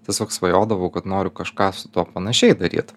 tiesiog svajodavau kad noriu kažką su tuo panašiai daryt